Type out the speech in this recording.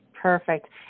Perfect